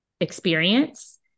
experience